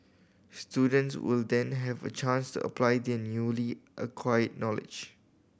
students will then have a chance to apply their newly acquired knowledge